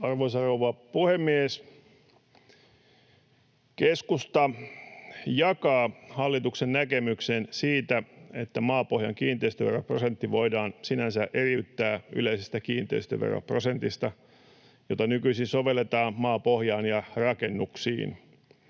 Arvoisa rouva puhemies! Keskusta jakaa hallituksen näkemyksen siitä, että maapohjan kiinteistöveroprosentti voidaan sinänsä eriyttää yleisestä kiinteistöveroprosentista, jota nykyisin sovelletaan maapohjaan ja rakennuksiin.